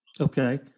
Okay